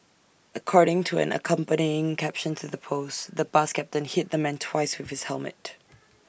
according to an accompanying caption to the post the bus captain hit the man twice with his helmet